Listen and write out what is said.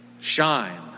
Shine